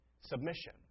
submission